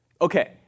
Okay